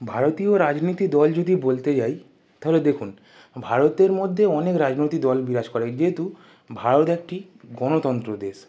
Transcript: ভারতীয় রাজনৈতিক দল যদি বলতেই হয় তাহলে দেখুন ভারতের মধ্যে অনেক রাজনৈতিক দল বিরাজ করে যেহেতু ভারত একটি গণতান্ত্রিক দেশ